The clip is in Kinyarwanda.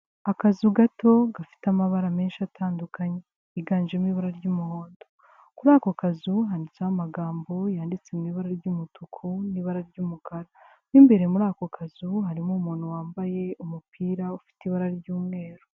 Akazu gato gafite amabara menshi atandukanye yiganjemo ibara ry'umuhondo, kuri ako ka handitseho amagambo yanditse mu ibara ry'umutuku, n'ibara ry'umukara w'imbere muri ako kazu harimo umuntu wambaye umupira ufite ibara ry'umweru.